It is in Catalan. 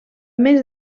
més